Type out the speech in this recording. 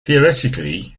theoretically